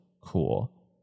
cool